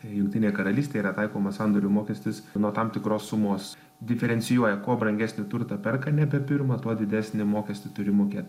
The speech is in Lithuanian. jungtinėj karalystėj yra taikomas sandorių mokestis nuo tam tikros sumos diferencijuoja kuo brangesnį turtą perka nebe pirmą tuo didesnį mokestį turi mokėt